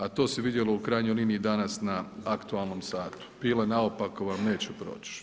A to se vidjelo i u krajnjoj liniji danas na aktualnom satu, pile naopako vam neće proći.